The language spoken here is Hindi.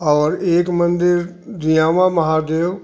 और एक मंदिर जियामा महादेव